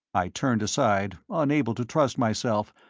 i turned aside, unable to trust myself,